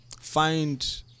find